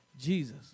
Jesus